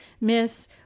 Miss